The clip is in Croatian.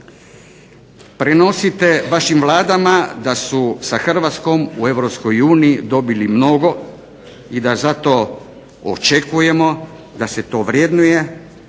Prenosite vašim vladama da su sa Hrvatskom u Europskoj uniji dobili mnogo i da zato očekujemo da se to vrednuje